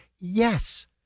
Yes